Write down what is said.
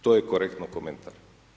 To je korektan komentar.